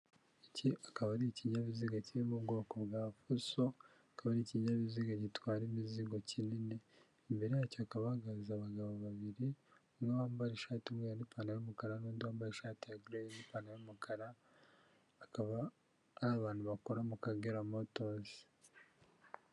Iki akaba ari ikinyabiziga kiri mu bwoko bwa fuso, akaba ari ikinyabiziga gitwara imizigo kinini imbere yacyo hakaba hahagaze abagabo babiri umwe wambaye ishati y'umweru n'ipantaro y'umukara nundi wambaye ishati ya gereyi n'ipantaro y'umukara akaba ari abantu bakora mu Kagera motozi.